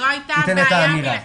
זו הייתה הבעיה מלכתחילה.